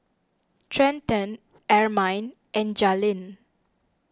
Trenten Ermine and Jalynn